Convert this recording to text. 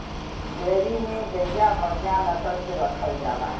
dairy में गइया बढ़िया नसल के रखल जाला